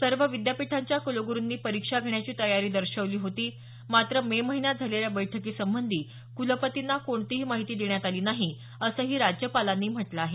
सर्व विद्यापीठांच्या कुलगुरुंनी परिक्षा घेण्याची तयारी दर्शवली होती मात्र मे महिन्यात झालेल्या बैठकीसंबंधी कुलपतींना कोणतीही माहिती देण्यात आली नाही असंही राज्यपालांनी म्हटलं आहे